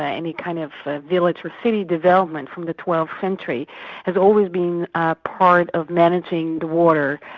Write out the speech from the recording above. ah any kind of village or city development from the twelfth century has always been a part of managing the water,